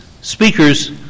speakers